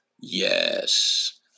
Yes